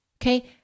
okay